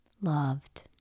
loved